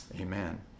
amen